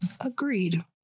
Agreed